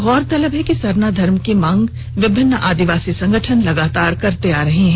गौरतलब है कि सरना धर्म की मांग विभिन्न आदिवासी संगठन लगातार करते आ रहे हैं